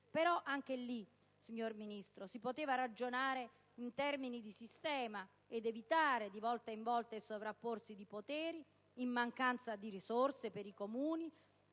Però anche in quel caso, signor Ministro, si poteva ragionare in termini di sistema ed evitare di volta in volta il sovrapporsi di poteri in mancanza di risorse per i Comuni,